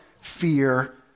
fear